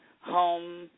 home